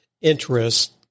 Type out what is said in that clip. interest